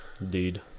Indeed